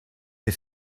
you